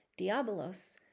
Diabolos